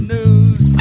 News